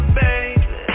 baby